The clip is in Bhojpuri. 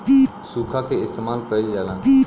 सुखा के इस्तेमाल कइल जाला